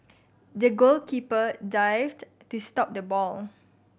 the goalkeeper dived to stop the ball